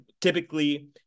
typically